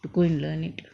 to go and learn it